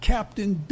Captain